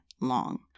long